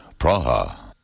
Praha